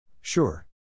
Sure